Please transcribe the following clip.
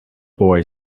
boy